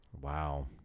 Wow